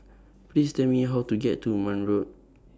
Please Tell Me How to get to Marne Road